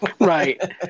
Right